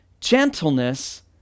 gentleness